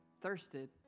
thirsted